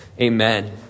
amen